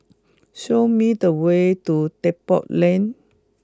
show me the way to Depot Lane